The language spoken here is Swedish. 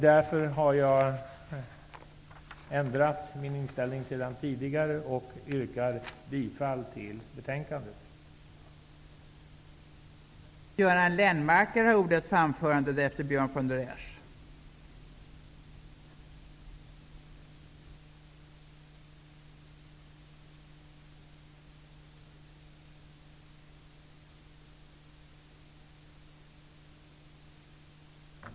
Därför har jag ändrat min inställning sedan tidigare och yrkar bifall till utskottets hemställan.